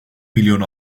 milyon